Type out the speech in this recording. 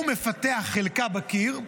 הוא מפתח חלקה בקיר,